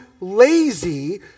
lazy